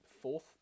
fourth